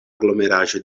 aglomeraĵo